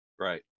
Right